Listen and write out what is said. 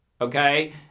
Okay